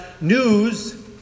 news